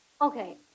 Okay